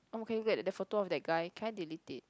oh-my-god can you look at that photo of that guy can I delete it